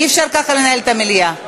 אי-אפשר ככה לנהל את המליאה.